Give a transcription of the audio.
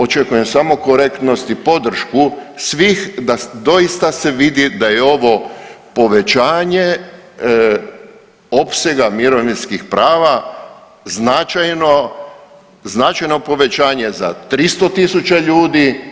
Očekujem samo korektnost i podršku svih da doista se vidi da je ovo povećanje opsega mirovinskih prava, značajno povećanje za tristo tisuća ljudi.